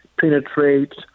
penetrates